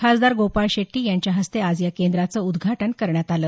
खासदार गोपाळ शेट्टी यांच्या हस्ते आज या केंद्राचं उद्घाटन करण्यात आलं